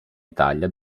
italia